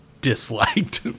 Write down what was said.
disliked